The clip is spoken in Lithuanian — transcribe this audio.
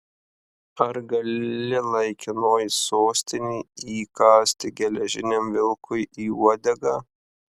ar gali laikinoji sostinė įkąsti geležiniam vilkui į uodegą